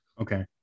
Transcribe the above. Okay